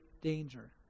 danger